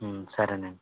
సరేనండి